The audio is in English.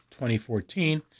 2014